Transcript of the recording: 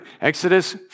Exodus